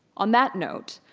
on that note,